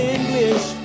English